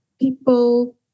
people